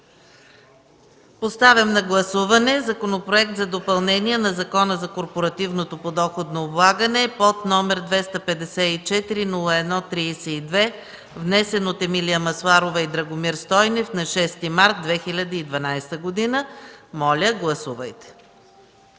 Поставям на гласуване Законопроекта за допълнение на Закона за корпоративното подоходно облагане, № 254-01-32, внесен от Емилия Масларова и Драгомир Стойнев на 6 март 2012 г. Моля, гласувайте.